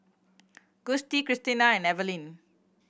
Gustie Christena and Evaline